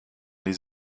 les